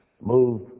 move